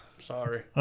sorry